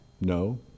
No